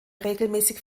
regelmäßig